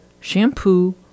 shampoo